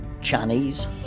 Chinese